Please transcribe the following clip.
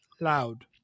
Loud